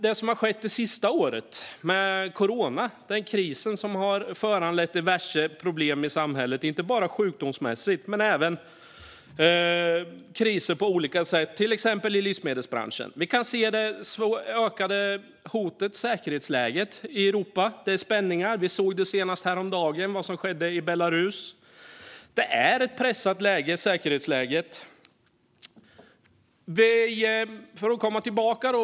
Det senaste året har coronakrisen föranlett diverse problem i samhället, inte bara sjukdomsmässigt utan även i form av kriser på olika sätt, till exempel i livsmedelsbranschen. Vi kan också se det ökade hotet mot säkerheten i Europa. Det är spänningar; vi såg senast häromdagen vad som skedde i Belarus. Säkerhetsläget är pressat.